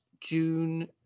June